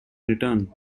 return